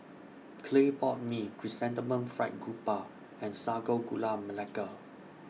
Clay Pot Mee Chrysanthemum Fried Garoupa and Sago Gula Melaka